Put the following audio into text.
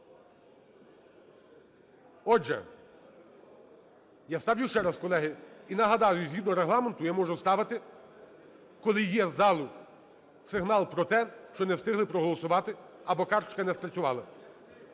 Отже, я ставлю ще раз, колеги, і, нагадаю, згідно Регламенту я можу ставити, коли є з залу сигнал про те, що не встигли проголосувати або карточка не спрацювала.